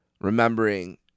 remembering